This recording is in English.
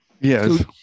yes